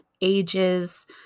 ages